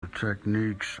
techniques